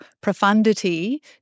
profundity